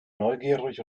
neugierig